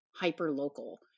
hyper-local